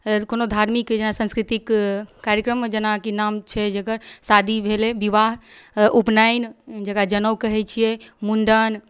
कोनो धार्मिक जेना संस्कृतिक कार्यक्रम जेनाकि नाम छै जकर शादी भेलै बिबाह उपनयन जकरा जनेउ कहे छियै मुण्डन